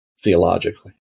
theologically